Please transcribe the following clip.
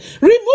remove